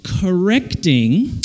correcting